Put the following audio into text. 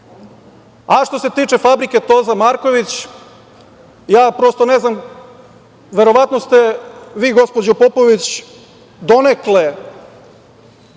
a što se tiče fabrike "Toza Marković", ja prosto ne znam, verovatno ste vi gospođo Popović, donekle